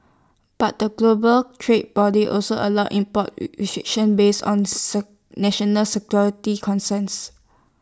but the global trade body also allows import restrictions based on national security concerns